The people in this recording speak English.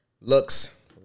looks